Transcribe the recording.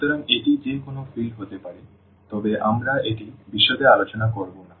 সুতরাং এটি যে কোনও ফিল্ড হতে পারে তবে আমরা এটি বিশদে আলোচনা করব না